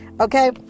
Okay